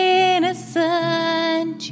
innocent